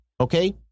Okay